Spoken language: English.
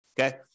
Okay